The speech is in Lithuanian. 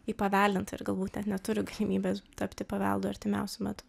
jį paveldint ir galbūt net neturi galimybės tapti paveldu artimiausiu metu